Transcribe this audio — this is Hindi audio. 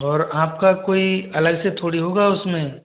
और आपका कोई अलग से थोड़ी होगा उसमें